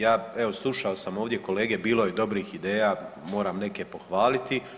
Ja evo slušao sam ovdje kolege bilo je dobrih ideja, moram neke pohvaliti.